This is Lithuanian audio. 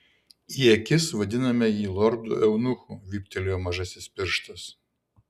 į akis vadiname jį lordu eunuchu vyptelėjo mažasis pirštas